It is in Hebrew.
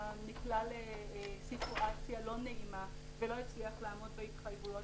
נקלע לסיטואציה לא נעימה ולא הצליח לעמוד בהתחייבויות,